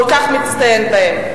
כל כך מצטיין בהם.